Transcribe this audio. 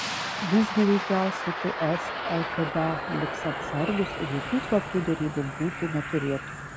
visgi veikiausiai ts lkd liks atsargūs ir jokių slaptų derybų būti neturėtų